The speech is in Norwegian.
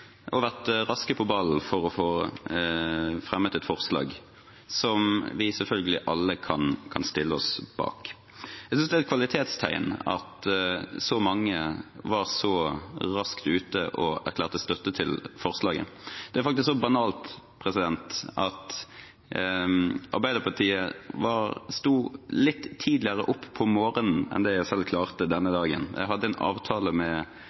og vært raskt på ballen for å få fremmet et forslag som vi alle selvfølgelig kan stille oss bak. Jeg synes det er et kvalitetstegn at så mange var så raskt ute og erklærte støtte til forslaget. Det er faktisk så banalt som at Arbeiderpartiet sto litt tidligere opp om morgenen enn det jeg selv klarte denne dagen. Jeg hadde en avtale med